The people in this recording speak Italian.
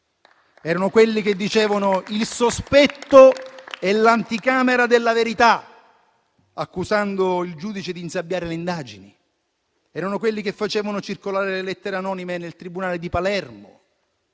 Erano quelli che dicevano «il sospetto è l'anticamera della verità», accusando il giudice di insabbiare le indagini. Erano quelli che facevano circolare le lettere anonime nel tribunale di Palermo,